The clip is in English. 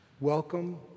Welcome